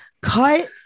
cut